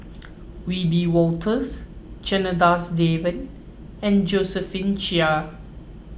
Wiebe Wolters Janadas Devan and Josephine Chia